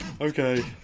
Okay